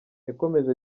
yakomeje